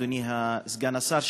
אדוני סגן השר,